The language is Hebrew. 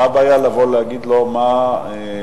מה הבעיה לבוא להגיד לו מה הסכום,